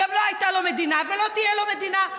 גם לא הייתה לו מדינה ולא תהיה לו מדינה,